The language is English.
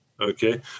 Okay